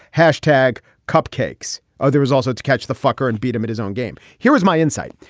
hashtag cupcakes. oh there was also to catch the fucker and beat him at his own game. here is my insight.